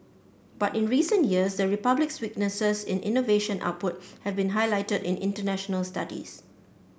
but in recent years the Republic's weaknesses in innovation output have been highlighted in international studies